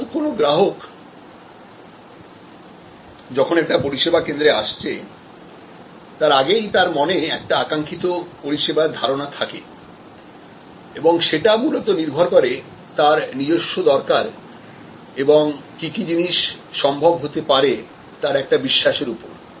সুতরাং কোন গ্রাহক যখন একটা পরিষেবা কেন্দ্রে আসছে তার আগেই তার মনে একটা আকাঙ্ক্ষিত পরিষেবার ধারনা থাকে এবং সেটা মূলত নির্ভর করে তার নিজস্ব দরকার এবং কি কি জিনিস সম্ভব হতে পারে তার একটা বিশ্বাসের উপর